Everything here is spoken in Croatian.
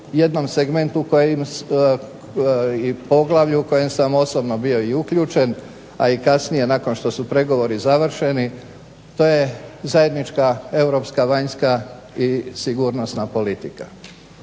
jednom segmentu i poglavlju u kojem sam osobno bio uključen a i kasnije nakon što su pregovori zaključeni to je zajednička europska vanjska i sigurnosna politika.